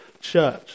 church